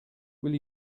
will